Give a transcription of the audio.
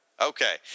Okay